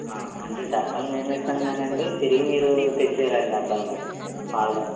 ఆ అంటే డబ్బాలు మేమే ఇస్తాం కానీ అండి తిరిగి మీరు తెచ్చివ్వాలండి మరి పాల డబ్బాలు